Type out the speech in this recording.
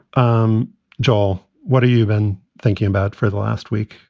um joel, what are you even thinking about for the last week?